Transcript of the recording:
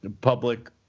public